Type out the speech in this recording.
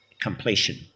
completion